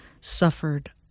suffered